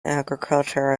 agriculture